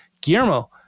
Guillermo